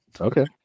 Okay